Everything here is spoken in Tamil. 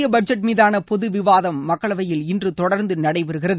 மத்திய பட்ஜெட் மீதான பொது விவாதம் மக்களவையில்இன்று தொடர்ந்து நடைபெறுகிறது